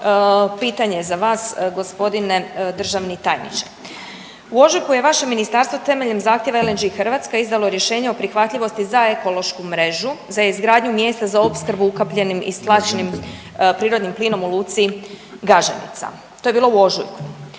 pitanje za vas g. državni tajniče. U ožujku je vaše ministarstvo temeljem zahtjeva LNG Hrvatska izdalo rješenje o prihvatljivosti za ekološku mrežu za izgradnju mjesta za opskrbu ukapljenim i s tlačnim prirodnim plinom u Luci Gaženica, to je bilo u ožujku.